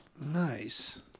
nice